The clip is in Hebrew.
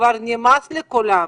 כבר נמאס לכולם.